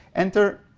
enter